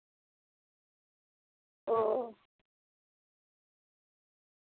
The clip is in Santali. ᱚ